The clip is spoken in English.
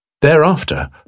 Thereafter